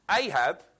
Ahab